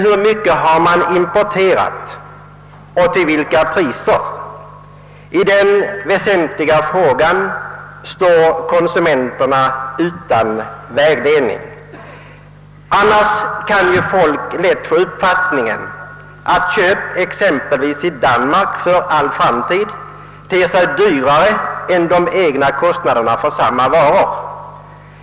Hur mycket har man importerat och till vilka priser? I den väsentliga frågan står konsumenterna utan vägledning. Folk kan ju lätt få den uppfattningen, att kött exempelvis i Danmark för all framtid är dyrare än samma vara här i landet.